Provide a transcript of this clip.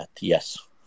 yes